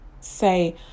say